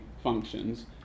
functions